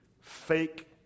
fake